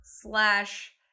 slash